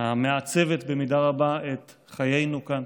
המעצבת במידה רבה את חיינו כאן